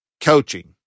coaching